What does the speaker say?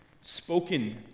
spoken